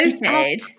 voted